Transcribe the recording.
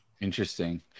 Interesting